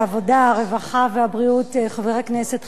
הרווחה והבריאות חבר הכנסת חיים כץ,